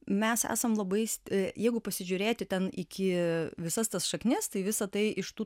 mes esam labai sti jeigu pasižiūrėti ten iki visas tas šaknis tai visa tai iš tų